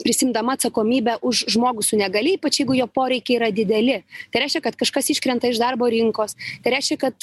prisiimdama atsakomybę už žmogų su negalia ypač jeigu jo poreikiai yra dideli tai reiškia kad kažkas iškrenta iš darbo rinkos reiškia kad